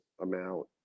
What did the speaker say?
amount